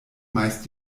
meist